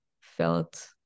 felt